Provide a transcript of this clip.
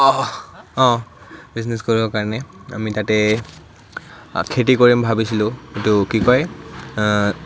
অঁ অঁ বিজনেছ কৰিব কাৰণে আমি তাতেই খেতি কৰিম ভাবিছিলোঁ কিন্তু কি কয়